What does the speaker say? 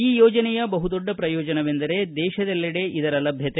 ಈ ಯೋಜನೆಯ ಬಹು ದೊಡ್ಡ ಪ್ರಯೋಜನವೆಂದರೆ ದೇಶದಲ್ಲೆಡೆ ಇದರ ಲಭ್ಯತೆ